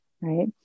right